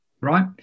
right